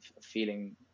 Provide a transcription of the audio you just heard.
feeling